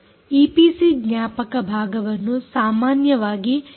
EPC ಜ್ಞಾಪಕ ಭಾಗವನ್ನು ಸಾಮಾನ್ಯವಾಗಿ ಹೆಚ್ಚಿನ ಉಪಯೋಗದಲ್ಲಿ ಬಳಸಲಾಗುತ್ತದೆ